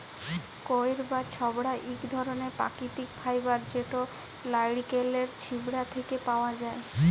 কইর বা ছবড়া ইক ধরলের পাকিতিক ফাইবার যেট লাইড়কেলের ছিবড়া থ্যাকে পাউয়া যায়